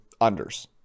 Unders